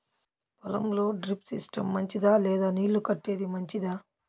పొలం లో drip system మంచిదా లేదా నీళ్లు కట్టేది మంచిదా?